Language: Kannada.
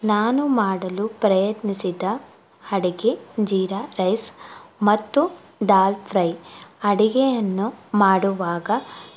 ನಾನು ಮಾಡಲು ಪ್ರಯತ್ನಿಸಿದ ಅಡುಗೆ ಜೀರಾ ರೈಸ್ ಮತ್ತು ದಾಲ್ ಫ್ರೈ ಅಡುಗೆಯನ್ನು ಮಾಡುವಾಗ